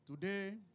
Today